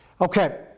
Okay